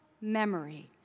memory